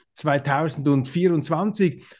2024